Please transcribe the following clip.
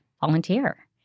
volunteer